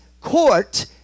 court